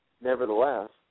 nevertheless